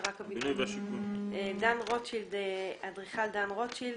והשיכון, אדריכל דן רוטשילד.